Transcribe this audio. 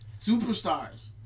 Superstars